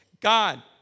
God